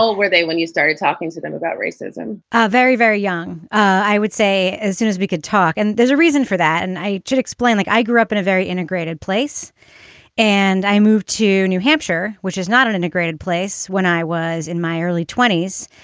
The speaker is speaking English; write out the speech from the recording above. well, were they when you started talking to them about racism? ah very, very young. i would say as soon as we could talk. and there's a reason for that. and i should explain, like, i grew up in a very integrated place and i moved to new hampshire, which is not an integrated place when i was in my early twenty s.